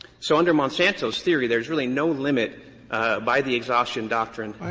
so under monsanto's theory, there is really no limit by the exhaustion doctrine?